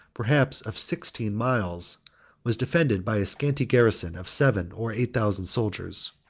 perhaps of sixteen, miles was defended by a scanty garrison of seven or eight thousand soldiers.